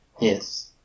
Yes